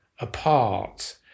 apart